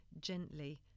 gently